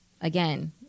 again